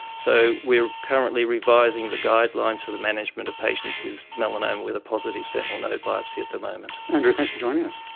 so we are currently revising the guidelines for the management of patients with melanoma with a positive sentinel node biopsy at the moment. andrew, thanks for joining us.